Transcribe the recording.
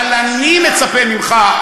אבל אני מצפה ממך,